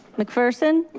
mcpherson.